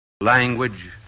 language